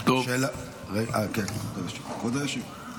כבודו ישיב.